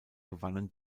gewannen